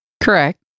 Correct